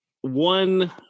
one